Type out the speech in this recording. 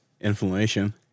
Inflammation